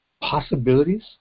possibilities